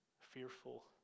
fearful